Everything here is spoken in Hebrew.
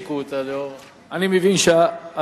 אני מקווה שיפסיקו אותה.